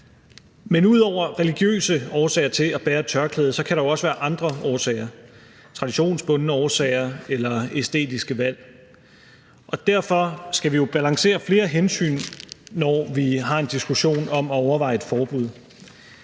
Men ud over religiøse årsager til at bære et tørklæde, kan der også være andre årsager: Traditioner eller æstetiske valg. Derfor skal vi jo balancere flere hensyn, når vi har en diskussion om at overveje et forbud.